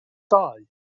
dau